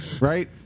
right